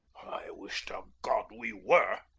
i wish to god we were!